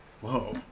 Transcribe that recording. Whoa